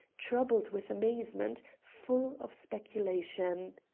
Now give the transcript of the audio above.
troubled with amazement, full of speculation.